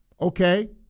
okay